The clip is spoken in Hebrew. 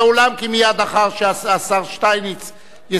כי מייד לאחר שהשר שטייניץ יסכם,